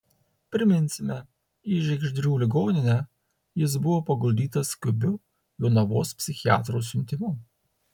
priminsime į žiegždrių ligoninę jis buvo paguldytas skubiu jonavos psichiatrų siuntimu